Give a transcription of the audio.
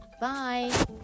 bye